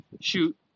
shoot